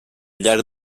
llarg